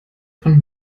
von